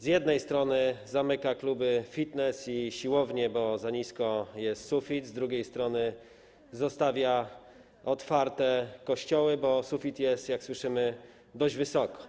Z jednej strony zamyka kluby fitness i siłownie, bo za nisko jest sufit, z drugiej strony zostawia otwarte kościoły, bo sufit jest, jak słyszymy, dość wysoko.